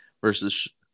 Versus